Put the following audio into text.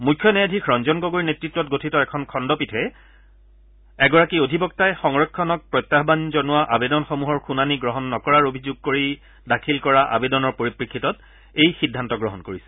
মুখ্য ন্যায়াধীশ ৰঞ্জন গগৈৰ নেতত্তত গঠিত এখন খণ্ডপীঠে এগৰাকী অধিবক্তাই সংৰক্ষণক প্ৰত্যাহান জনোৱা আবেদনসমূহৰ শুনানী গ্ৰহণ নকৰাৰ অভিযোগ কৰি দাখিল কৰা আবেদনৰ পৰিপ্ৰেক্ষিতত এই সিদ্ধান্ত গ্ৰহণ কৰিছে